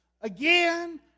again